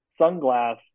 sunglass